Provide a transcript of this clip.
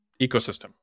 ecosystem